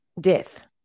death